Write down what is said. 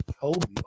Kobe